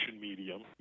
medium